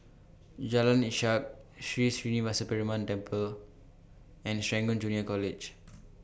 Jalan Ishak Sri Srinivasa Perumal Temple and Serangoon Junior College